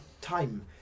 time